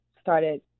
started